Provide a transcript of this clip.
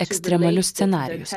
ekstremalius scenarijus